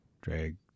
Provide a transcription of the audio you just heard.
drag